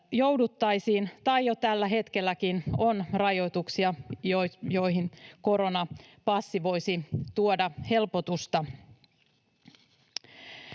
jouduttaisiin, ja jo tällä hetkelläkin on rajoituksia, joihin koronapassi voisi tuoda helpotusta.